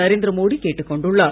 நரேந்திர மோடி கேட்டுக் கொண்டுள்ளார்